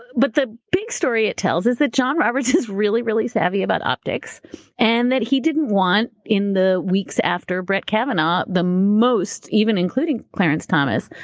but the big story it tells is that john roberts is really, really savvy about optics and that he didn't want in the weeks after brett kavanaugh the most, even including clarence thomas,